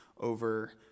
over